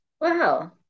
Wow